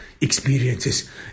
experiences